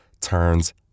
turns